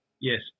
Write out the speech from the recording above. Yes